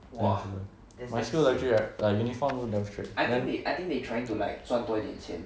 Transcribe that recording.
yeah uniform also damn strict